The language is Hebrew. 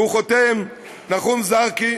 והוא חותם: "נחום זרחי,